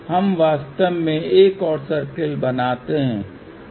हम वास्तव में एक और सर्कल बनाते हैं